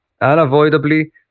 unavoidably